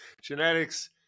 genetics